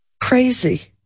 crazy